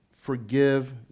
forgive